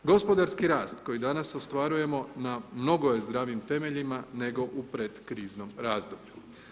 Gospodarski rast koji danas ostvarujemo, na mnogo je zdravijim temeljima, nego u pred kriznom razdoblju.